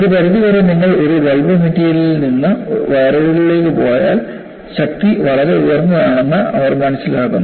ഒരു പരിധി വരെ നിങ്ങൾ ഒരു ബൾക്ക് മെറ്റീരിയലിൽ നിന്ന് വയറുകളിലേക്ക് പോയാൽ ശക്തി വളരെ ഉയർന്നതാണെന്ന് അവർ മനസ്സിലാക്കുന്നു